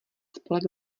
spolek